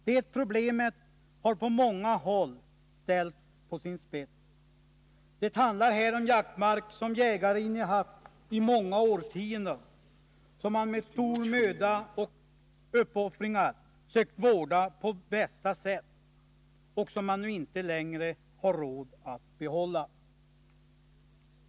Det problemet har på många håll ställts på sin spets. Det handlar här om jaktmark som jägare innehaft i många årtionden, som man med stor möda och stora uppoffringar sökt vårda på bästa sätt och som man nu inte längre har råd att behålla.